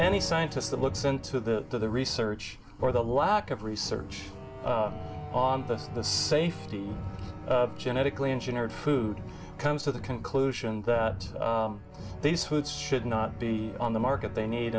any scientists that looks into the to the research or the lack of research on the safety of genetically engineered food comes to the conclusion that these foods should not be on the market they need